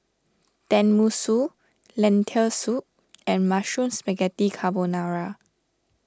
Tenmusu Lentil Soup and Mushroom Spaghetti Carbonara